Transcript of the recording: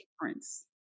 difference